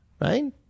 Right